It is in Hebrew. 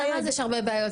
וגם אז יש הרבה בעיות,